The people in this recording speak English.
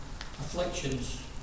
afflictions